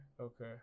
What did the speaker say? okay